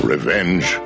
Revenge